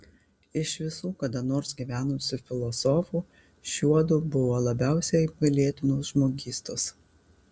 iš visų kada nors gyvenusių filosofų šiuodu buvo labiausiai apgailėtinos žmogystos